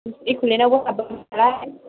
एक'लेन्दआवबो हाबबोगोन नालाय